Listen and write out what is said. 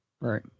Right